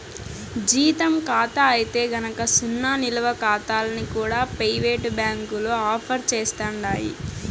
జీతం కాతా అయితే గనక సున్నా నిలవ కాతాల్ని కూడా పెయివేటు బ్యాంకులు ఆఫర్ సేస్తండాయి